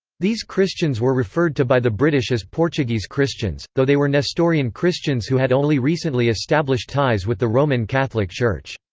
these christians were referred to by the british as portuguese christians, though they were nestorian christians who had only recently established ties with the roman catholic church.